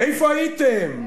איפה הייתם?